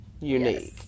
unique